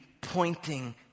pointing